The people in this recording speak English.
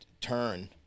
turn